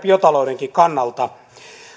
biotaloudenkin kannalta